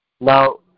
Now